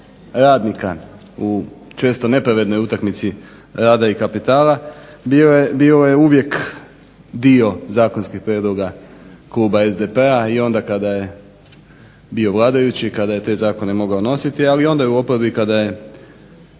radnika u često nepravednoj utakmici rada i kapitala bilo je uvijek dio zakonskih prijedloga kluba SDP-a i onda kada je bio vladajući kada je te zakone mogao nositi ali i onda u oporbi kada je